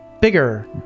bigger